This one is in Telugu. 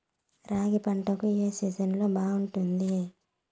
రాగి పంటకు, ఏ సీజన్ బాగుంటుంది?